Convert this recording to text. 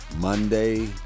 Monday